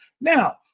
Now